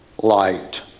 light